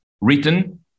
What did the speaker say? written